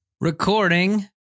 Recording